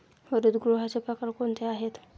हरितगृहाचे प्रकार कोणते आहेत?